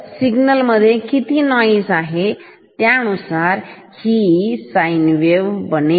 तर सिग्नल मध्ये किती नॉइज आहे त्यानुसार ही साइन वेव्ह आहे